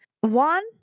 One